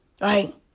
Right